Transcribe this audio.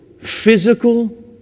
physical